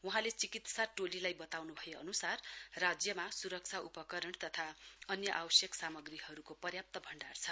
वहाँले चिकित्सा टोलीलाई वताउनु भए अनुसार राज्यमा व्यक्तिगत सुरक्षा उपकरण तथा अन्य आवश्यक सामग्रीहरुको पर्याप्त भण्डार छ